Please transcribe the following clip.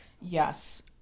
Yes